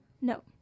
No